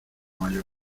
mayor